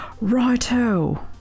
Righto